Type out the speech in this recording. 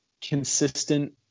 consistent